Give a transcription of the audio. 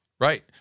Right